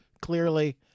clearly